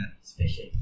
special